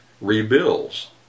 rebuilds